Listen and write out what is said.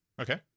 Okay